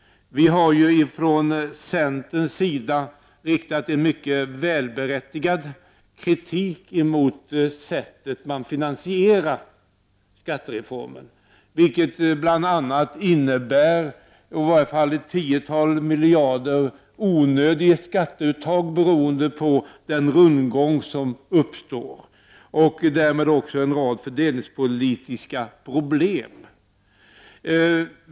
Vi har från centerns sida riktat en mycket berättigad kritik mot sättet att finansiera skattereformen, vilket bl.a. innebär ett tiotal miljarder kronor i onödigt skatteuttag beroende på den rundgång som uppstår och därmed en rad fördelningspolitiska problem.